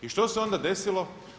I što se onda desilo?